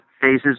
phases